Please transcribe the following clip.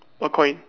a coin